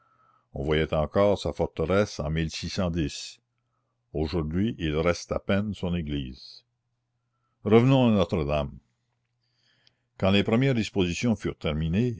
on voyait encore sa forteresse en aujourd'hui il reste à peine son église revenons à notre-dame quand les premières dispositions furent terminées